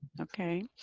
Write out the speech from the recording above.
okay,